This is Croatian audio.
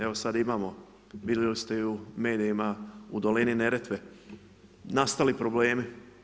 Evo sada imamo, vidjeli ste i u medijima u dolini Neretve, nastali problemi.